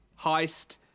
heist